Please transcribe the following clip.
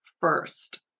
first